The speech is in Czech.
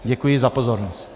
Děkuji za pozornost.